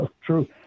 True